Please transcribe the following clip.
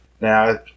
Now